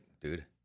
dude